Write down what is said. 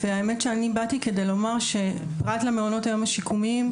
האמת שאני באתי כדי לומר שפרט למעונות היום השיקומיים,